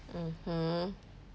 mmhmm